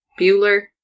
Bueller